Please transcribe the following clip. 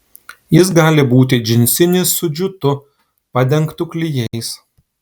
jis gali būti džinsinis su džiutu padengtu klijais